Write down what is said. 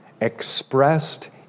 expressed